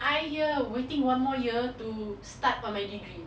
I here waiting one more year to start on my degree